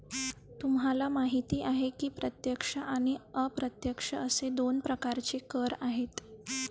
तुम्हाला माहिती आहे की प्रत्यक्ष आणि अप्रत्यक्ष असे दोन प्रकारचे कर आहेत